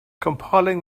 compiling